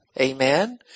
Amen